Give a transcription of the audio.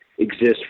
exist